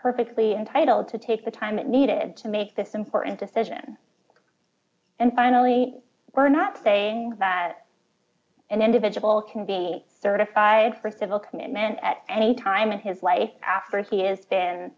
perfectly entitled to take the time needed to make this important decision and finally we're not saying that an individual can be certified for civil commitment at any time in his life after he has been